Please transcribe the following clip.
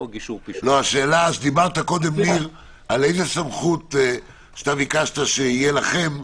על איזו סמכות ביקשת שתהיה לכם,